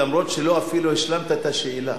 למרות העובדה שאפילו לא השלמת את השאלה.